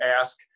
ask